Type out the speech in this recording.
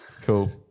Cool